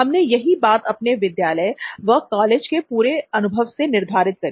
हमने यही बात अपने विद्यालय व कॉलेज के पूरे अनुभव से निर्धारित करी